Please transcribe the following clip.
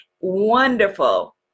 wonderful